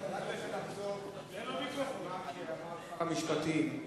לחזור על מה שאמר שר המשפטים,